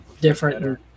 different